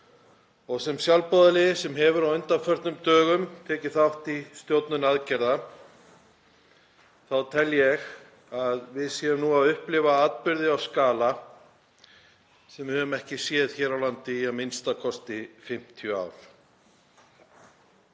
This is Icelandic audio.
og sem sjálfboðaliði sem hefur á undanförnum dögum tekið þátt í stjórnun aðgerða þá tel ég að við séum nú að upplifa atburði á skala sem við höfum ekki séð hér á landi í a.m.k. 50 ár.